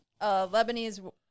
Lebanese